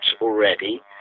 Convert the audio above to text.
already